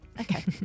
Okay